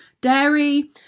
dairy